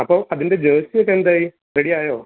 അപ്പോൾ അതിൻ്റെ ജേഴ്സി ഒക്കെ എന്തായി റെഡി ആയോ